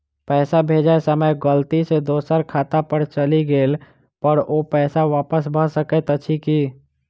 पैसा भेजय समय गलती सँ दोसर खाता पर चलि गेला पर ओ पैसा वापस भऽ सकैत अछि की?